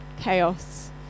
chaos